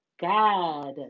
God